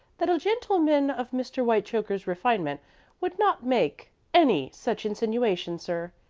that a gentleman of mr. whitechoker's refinement would not make any such insinuation, sir.